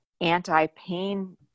anti-pain